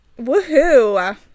woohoo